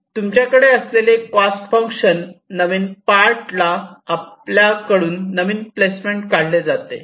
तुमच्याकडे असलेले cost function नवीन पार्ट ला आपल्या करून नवीन प्लेसमेंट काढले जाते